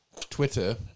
Twitter